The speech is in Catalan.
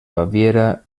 baviera